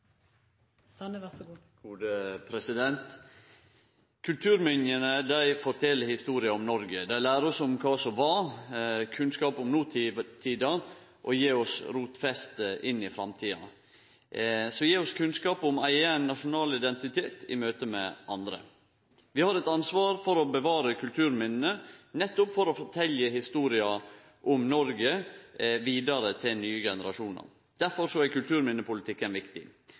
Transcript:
historia om Noreg. Dei lærer oss om kva som var, kunnskap om notida og gjev oss rotfeste inn i framtida. Så gjev det oss kunnskap om ein nasjonal identitet i møte med andre. Vi har eit ansvar for å bevare kulturminna nettopp for å fortelje historia om Noreg vidare til nye generasjonar. Difor er kulturminnepolitikken viktig.